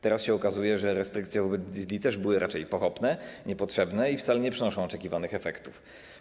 Teraz się okazuje, że restrykcje wobec diesli też były raczej pochopne, niepotrzebne i wcale nie przynoszą oczekiwanych efektów.